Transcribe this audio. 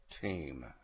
team